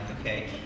okay